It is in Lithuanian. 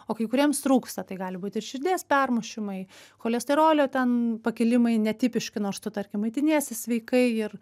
o kai kuriems trūksta tai gali būt ir širdies permušimai cholesterolio ten pakilimai netipiški nors tu tarkim maitiniesi sveikai ir